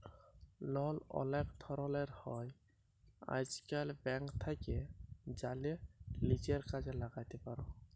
লল অলেক ধরলের হ্যয় আইজকাল, ব্যাংক থ্যাকে জ্যালে লিজের কাজে ল্যাগাতে পার